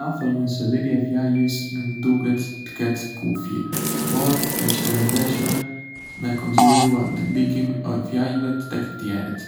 Ca thonjën se liria e fjalës ngë duhet të ketë kufij, por është e rëndësishme me konsiderue ndikimin e fjalëve tek të tjerët.